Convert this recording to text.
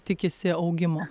tikisi augimo